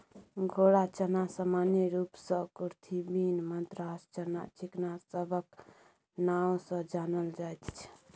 घोड़ा चना सामान्य रूप सँ कुरथी, बीन, मद्रास चना, चिकना सबक नाओ सँ जानल जाइत छै